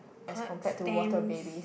collect stamps